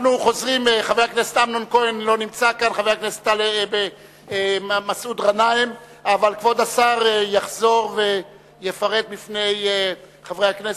(הישיבה נפסקה בשעה 11:02 ונתחדשה בשעה 11:14.) רבותי חברי הכנסת,